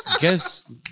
guess